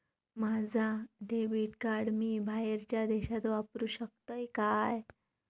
माझा debit card मी बाहेरच्या देशात वापरू शकतय काय?